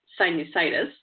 sinusitis